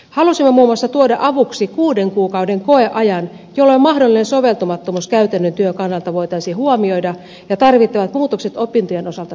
halusimme muun muassa tuoda avuksi kuuden kuukauden koeajan jolloin mahdollinen soveltumattomuus käytännön työn kannalta voitaisiin huomioida ja tarvittavat muutokset opintojen osalta suorittaa